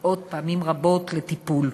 מגיעות פעמים רבות לטיפול.